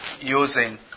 using